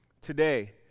today